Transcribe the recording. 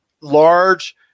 large